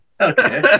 Okay